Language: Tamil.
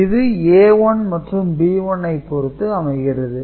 இது A1 மற்றும் B1 ஐ பொறுத்து அமைகிறது